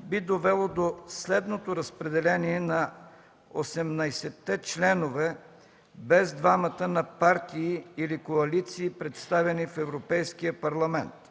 би довело до следното разпределение на 18-те членове, без двамата на партии или коалиции, представени в Европейския парламент.